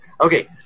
okay